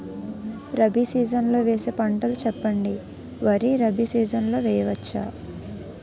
Rabi season లో వేసే పంటలు చెప్పండి? వరి రబీ సీజన్ లో వేయ వచ్చా?